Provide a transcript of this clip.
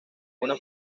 una